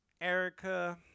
Erica